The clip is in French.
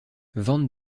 van